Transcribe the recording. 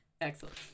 Excellent